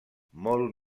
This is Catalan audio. molt